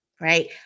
right